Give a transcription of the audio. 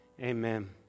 Amen